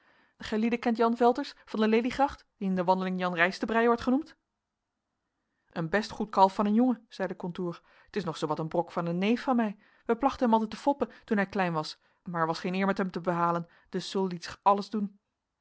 gijlieden kent jan velters van de leliegracht die in de wandeling jan rijstenbrij wordt genoemd een best goed kalf van een jongen zeide contour t is nog zoowat een brok van een neef van mij wij plachten hem altijd te foppen toen hij klein was maar er was geen eer met hem te behalen de sul liet zich alles doen